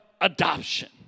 adoption